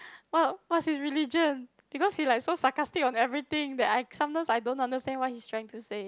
!wow! what's his religion because he like so sarcastic on everything that I sometimes I don't understand what he's trying to say